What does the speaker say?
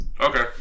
okay